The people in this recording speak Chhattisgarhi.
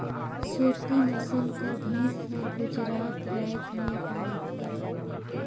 सुरती नसल कर भंइस हर गुजरात राएज में पवाथे